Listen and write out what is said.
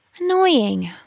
Annoying